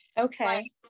Okay